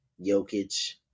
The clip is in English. Jokic